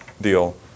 deal